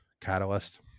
catalyst